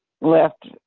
left